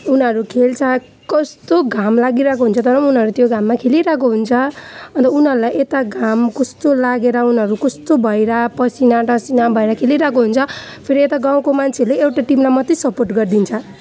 उनीहरू खेल्छ कस्तो घाम लागिरहेको हुन्छ तर उनीहरू त्यो घाममा खेलिरहेको हुन्छ अन्त उनीहरूलाई यता घाम कस्तो लागेर उनीहरू कस्तो भएर पसिना टसिना भएर खेलिरहेको हुन्छ फेरि यता गाउँको मान्छेहरूले एउटा टिमलाई मात्र सपोर्ट गरिदिन्छ